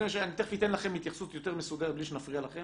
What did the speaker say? אני תיכף אתן לכם התייחסות יותר מסודרת בלי שנפריע להם.